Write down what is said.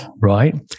right